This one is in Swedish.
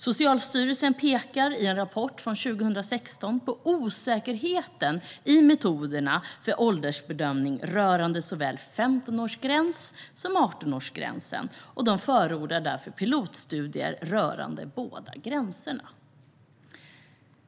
Socialstyrelsen pekade i en rapport från 2016 på osäkerheten i metoderna för åldersbedömning rörande såväl 15-årsgränsen som 18-årsgränsen och förordade därför pilotstudier rörande båda gränserna.